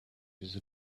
use